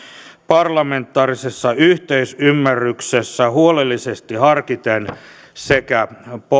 parlamentaarisessa yhteisymmärryksessä huolellisesti harkiten sekä